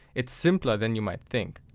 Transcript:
it's simpler than you might think.